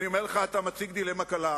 אני אומר לך, אתה מציג דילמה קלה.